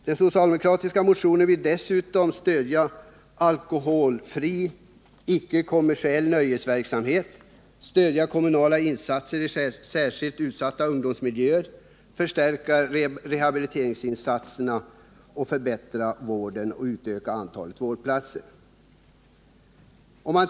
Den socialdemokratiska motionen vill dessutom stödja alkoholfri icke-kommersiell nöjesverksamhet, stödja kommunala insatser i särskilt utsatta ungdomsmiljöer, förstärka rehabiliteringsinsatserna, förbättra vården och utöka antalet vårdplatser.